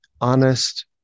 honest